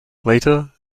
later